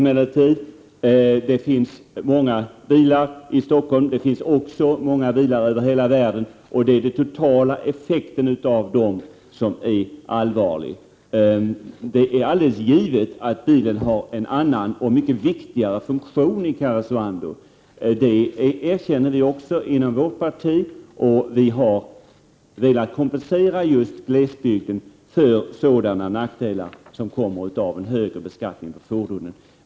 Det finns många bilar i Stockholm. Det finns också många bilar över hela världen. Det är den totala effekten av dem som är allvarlig. Det är alldeles givet att bilen har en annan och mycket viktigare funktion i Karesuando. Det erkänner vi också inom vårt parti. Vi har också velat kompensera glesbygden för sådana nackdelar som kommer av en högre skatt på fordonen.